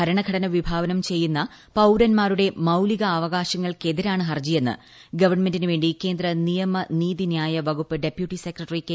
ഭരണഘടന വിഭാവനം ചെയ്യുന്ന പൌരന്മാരുടെ മൌലികാവക്യാശങ്ങൾക്കെതിരാണ് ഹർജിയെന്ന് ഗവൺമെന്റിനുവേണ്ടി ക്ട്രൂന്ദ് നിയമ നീതി ന്യായ വകുപ്പ് ഡെപ്യൂട്ടി സെക്രട്ടറി കെ